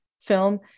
film